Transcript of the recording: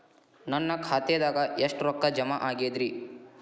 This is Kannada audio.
ನನ್ನ ಖಾತೆದಾಗ ಎಷ್ಟ ರೊಕ್ಕಾ ಜಮಾ ಆಗೇದ್ರಿ?